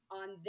on